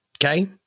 Okay